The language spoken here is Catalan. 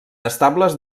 estables